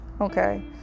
okay